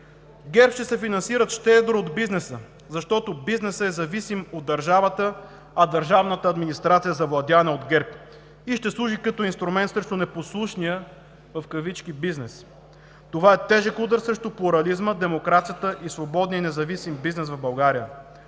ГЕРБ ще се финансират щедро от бизнеса, защото бизнесът е зависим от държавата, а държавната администрация, завладяна от ГЕРБ, ще служи като инструмент срещу „непослушния бизнес“. Това е тежък удар срещу плурализма, демокрацията и свободния, независим бизнес в България.